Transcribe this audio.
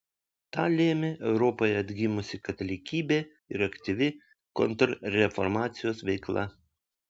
tą lėmė europoje atgimusi katalikybė ir aktyvi kontrreformacijos veikla